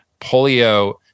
Polio